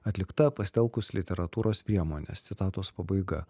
atlikta pasitelkus literatūros priemones citatos pabaiga